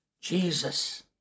Jesus